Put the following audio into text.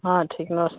हाँ ठीक है नमस्ते